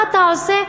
מה אתה עושה?